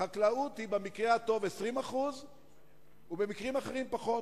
החקלאות היא במקרה הטוב 20% במקרים אחרים פחות,